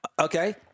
Okay